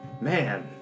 man